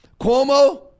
Cuomo